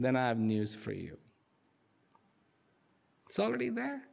and then i have news for you it's already there